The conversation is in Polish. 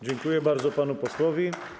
Dziękuję bardzo panu posłowi.